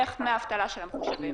איך דמי האבטלה שלה מחושבים?